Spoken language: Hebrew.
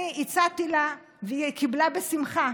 אני הצעתי לה, והיא קיבלה בשמחה,